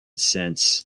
since